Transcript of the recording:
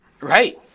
Right